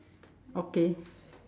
okay